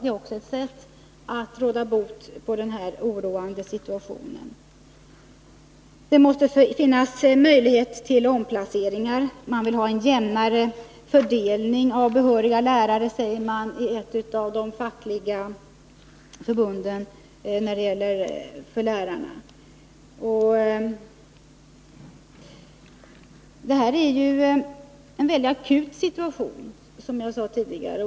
Också det är ett sätt att råda bot på den oroande situationen. Det måste vidare finnas möjligheter till omplaceringar. Man säger i ett av de fackliga förbunden för lärare att man vill ha en jämnare fördelning av behöriga lärare. Det här är ju en väldigt akut situation, som jag sade tidigare.